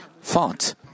fought